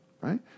right